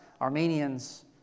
Armenians